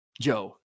Joe